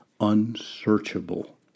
unsearchable